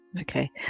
Okay